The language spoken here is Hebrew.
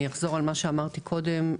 כפי שאמרתי קודם,